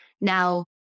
Now